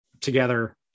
together